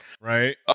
right